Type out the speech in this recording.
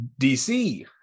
DC